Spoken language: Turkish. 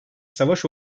savaş